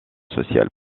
sociales